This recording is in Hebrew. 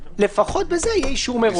לפחות בזה יהיה אישור מראש.